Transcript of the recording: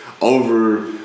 over